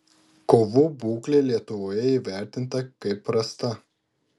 kovų būklė lietuvoje įvertinta kaip prasta